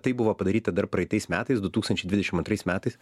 tai buvo padaryta dar praeitais metais du tūkstančiai dvidešim antrais metais